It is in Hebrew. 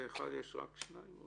ב-(1) יש רק שניים?